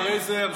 אחרי זה,